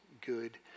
good